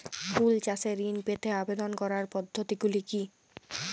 ফুল চাষে ঋণ পেতে আবেদন করার পদ্ধতিগুলি কী?